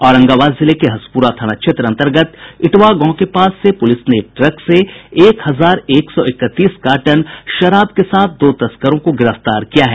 औरंगाबाद जिले के हसपुरा थाना क्षेत्र अंतर्गत ईटवां गांव के पास से पुलिस ने एक ट्रक से एक हजार एक सौ इकतीस कार्टन शराब के साथ दो तस्करों को गिरफ्तार किया है